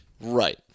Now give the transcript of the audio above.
Right